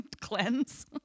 cleanse